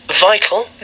vital